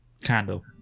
candle